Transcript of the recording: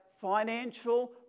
financial